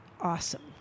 awesome